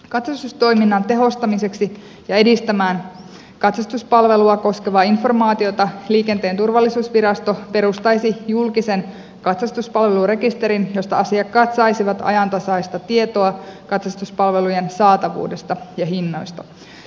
katsastustoiminnan tehostamiseksi ja edistämään katsastuspalvelua koskevaa informaatiota liikenteen turvallisuusvirasto perustaisi julkisen katsastuspalvelurekisterin josta asiakkaat saisivat ajantasaista tietoa katsastuspalvelujen saatavuudesta ja hinnoista